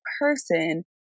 person